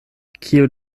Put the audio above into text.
kiu